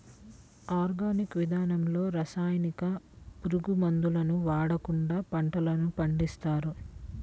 organic విధానంలో రసాయనిక, పురుగు మందులను వాడకుండా పంటలను పండిస్తారు